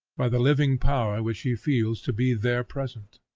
by the living power which he feels to be there present.